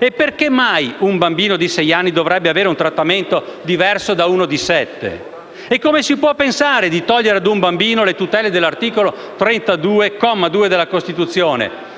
E perché mai un bambino di sei anni dovrebbe avere un trattamento diverso da uno di sette? E come si può pensare di togliere ad un bambino le tutele dell'articolo 34, comma 2 della Costituzione: